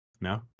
no